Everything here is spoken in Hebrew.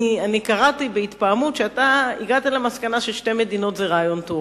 אני קראתי בהתפעמות שאתה הגעת למסקנה ששתי מדינות זה רעיון טוב,